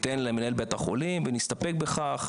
ניתן למנהל בית החולים ונסתפק בכך.